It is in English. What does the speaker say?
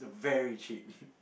very cheap